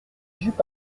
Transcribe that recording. jupes